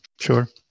sure